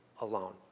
alone